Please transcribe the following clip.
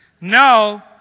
No